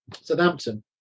Southampton